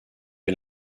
est